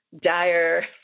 dire